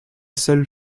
seule